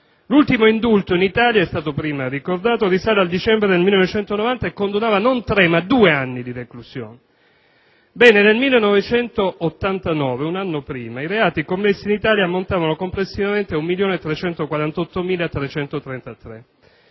L'ultimo indulto in Italia - è stato prima ricordato - risale al dicembre 1990 e condonava non tre, ma due anni di reclusione. Bene, nel 1989, un anno prima, i reati commessi in Italia ammontavano complessivamente a 1.348.333.